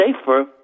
safer